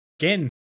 Again